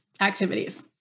activities